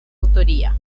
autoría